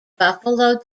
buffalo